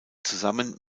zusammen